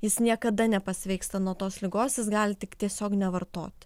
jis niekada nepasveiksta nuo tos ligos jis gali tik tiesiog nevartoti